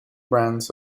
brands